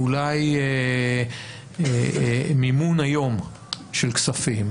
אולי מימון היום של כספים,